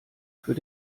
für